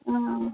অঁ